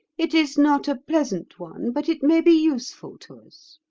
it is not a pleasant one, but it may be useful to us